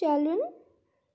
چلُن